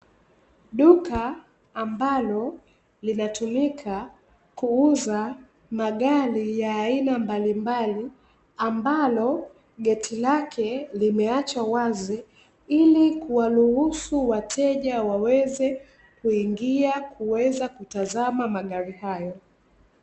Duka ambalo linatumika kuuza Magari ya aina mbalimbali, ambalo geti lake limeachwa wazi ili kuwaruhusu wateja waweze kuingia kuweza kutazama Magari hayo.